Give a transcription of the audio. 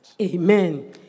Amen